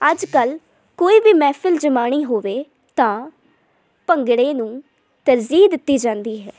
ਅੱਜ ਕੱਲ੍ਹ ਕੋਈ ਵੀ ਮਹਿਫ਼ਲ ਜਮਾਉਣੀ ਹੋਵੇ ਤਾਂ ਭੰਗੜੇ ਨੂੰ ਤਰਜੀਹ ਦਿੱਤੀ ਜਾਂਦੀ ਹੈ